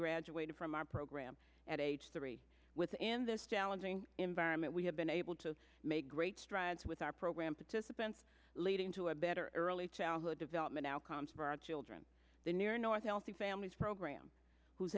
graduated from our program at age three within this challenging environment we have been able to make great strides with our program participants leading to a better early childhood development outcomes for our children the near north healthy families program who